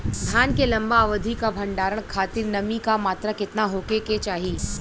धान के लंबा अवधि क भंडारण खातिर नमी क मात्रा केतना होके के चाही?